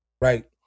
Right